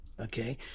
Okay